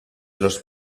los